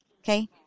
Okay